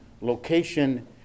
location